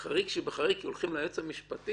חריג שבחריג כי הולכים ליועץ המשפטי,